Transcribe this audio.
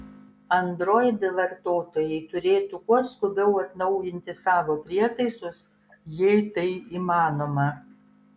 android vartotojai turėtų kuo skubiau atnaujinti savo prietaisus jei tai įmanoma